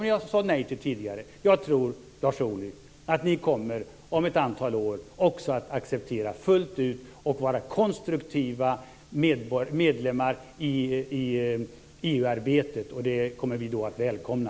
Jag tror, Lars Ohly, att ni om ett antal år också fullt ut kommer att acceptera och vara konstruktiva medlemmar i EU-arbetet. Det kommer vi då att välkomna.